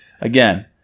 again